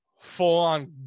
full-on